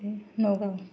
Nagaon